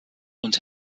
und